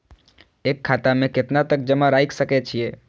एक खाता में केतना तक जमा राईख सके छिए?